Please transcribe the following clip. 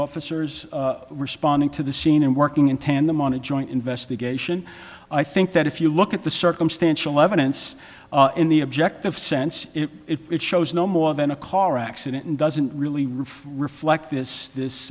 officers responding to the scene and working in tandem on a joint investigation i think that if you look at the circumstantial evidence in the objective sense it shows no more than a car accident and doesn't really roof reflect this this